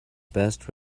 best